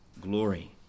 glory